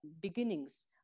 beginnings